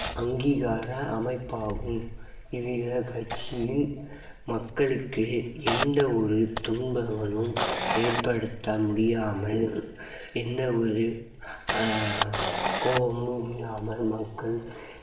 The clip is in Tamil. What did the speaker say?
அங்கீகார அமைப்பாகும் இவ்வித கட்சியின் மக்களுக்கு எந்த ஒரு துன்பங்களும் ஏற்படுத்த முடியாமல் எந்த ஒரு கோபமும் இல்லாமல் மக்கள்